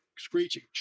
screeching